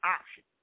option